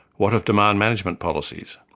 what of demand management policies?